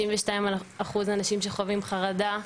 62% אנשים שחווים חרדה,